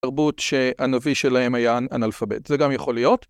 תרבות שהנביא שלהם היה אנלפבת, זה גם יכול להיות.